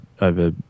over